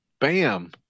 Bam